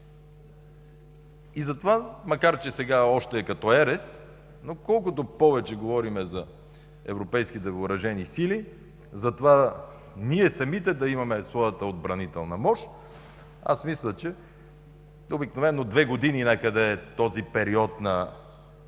Затова, макар че сега още е като ерес, но колкото повече говорим за европейските въоръжени сили, затова ние самите да имаме своята отбранителна мощ, аз мисля, че обикновено две години някъде е този период на